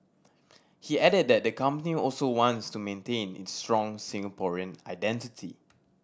he added that the company also wants to maintain its strong Singaporean identity